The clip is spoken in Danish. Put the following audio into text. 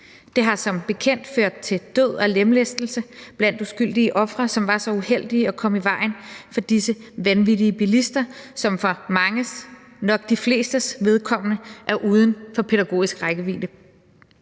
Det har som bekendt ført til død og lemlæstelse blandt uskyldige mennesker, som var så uheldige at komme i vejen for disse vanvittige bilister, som for manges, nok de flestes, vedkommende er uden for pædagogisk rækkevidde.